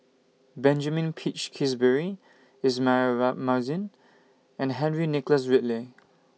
Benjamin Peach Keasberry Ismail Marjan and Henry Nicholas Ridley